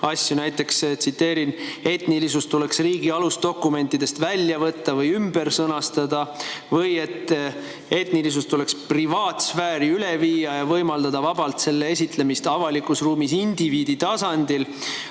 asju. Näiteks, tsiteerin: "Etnilisus tuleks riigi alusdokumentidest välja võtta või ümber sõnastada." Või: "Etnilisus tuleks privaatsfääri üle viia ja võimaldada vabalt ka selle esitlemist avalikus ruumis indiviidi tasandil."